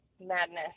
madness